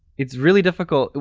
it's really difficult.